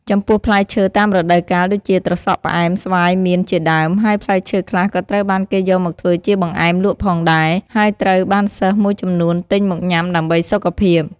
ចំពោះផ្លែឈើតាមរដូវកាល ដូចជាត្រសក់ផ្អែម ស្វាយ មៀន ជាដើម ហើយផ្លែឈើខ្លះក៏ត្រូវបានគេយកមកធ្វើជាបង្អែមលក់ផងដែរ ហើយត្រូវបានសិស្សមួយចំនួនទិញមកញ៉ាំដើម្បីសុខភាព។